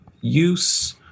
use